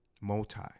multi